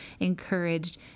encouraged